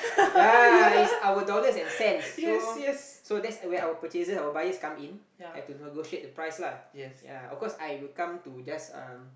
ya it's our dollars and cents so so that's where our purchasers our buyers come in have to negotiate the price lah ya of course I will come to just um